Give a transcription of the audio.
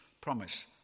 promise